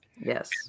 Yes